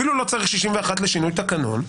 אפילו לא צריך 61 לשינוי תקנון.